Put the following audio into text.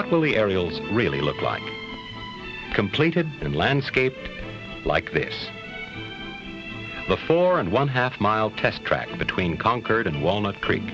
really aerials really look like completed in landscape like this before and one half mile test track between concord and walnut creek